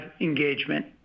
engagement